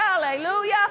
Hallelujah